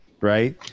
Right